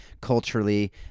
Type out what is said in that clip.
Culturally